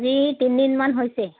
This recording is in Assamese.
আজি তিনদিনমান হৈছে